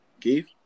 Keith